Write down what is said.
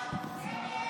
ההצעה להעביר